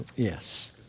Yes